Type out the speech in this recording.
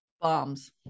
Bombs